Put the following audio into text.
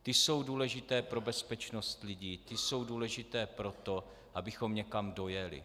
Ty jsou důležité pro bezpečnost lidí, ty jsou důležité pro to, abychom někam dojeli.